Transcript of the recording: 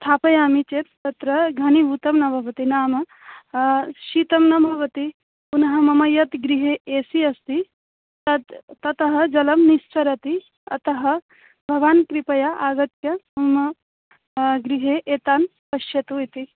स्थापयामि चेत् तत्र घनीभूतं न भवति नाम शीतं न भवति पुनः मम यत् गृहे ए सि अस्ति तत् ततः जलं निस्सरति अतः भवान् कृपया आगत्य मम गृहे एतान् पश्यतु इति